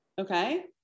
okay